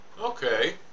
Okay